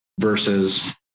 versus